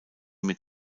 mit